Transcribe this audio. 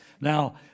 Now